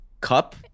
cup